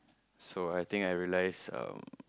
so I think I realise um